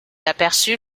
aperçut